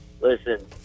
listen